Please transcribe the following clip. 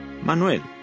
Manuel